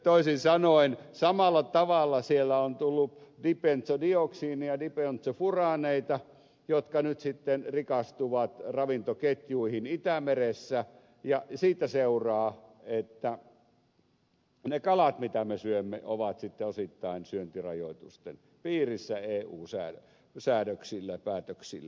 toisin sanoen samalla tavalla siellä on tullut dibentsodioksiinia dibentsofuraaneita jotka nyt sitten rikastuvat ravintoketjuihin itämeressä ja siitä seuraa että ne kalat mitä me syömme ovat osittain syöntirajoitusten piirissä eu säädöksillä ja päätöksillä